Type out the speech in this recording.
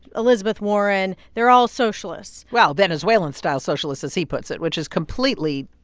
elizabeth warren they're all socialists well, venezuelan-style socialists, as he puts it, which is completely.